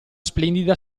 splendida